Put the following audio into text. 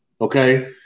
Okay